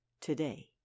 today